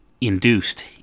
induced